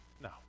No